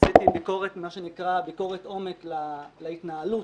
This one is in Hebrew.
עשיתי מה שנקרא ביקורת עומק להתנהלות,